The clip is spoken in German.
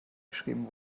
geschrieben